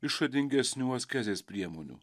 išradingesnių askezės priemonių